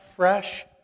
Fresh